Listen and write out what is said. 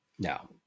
No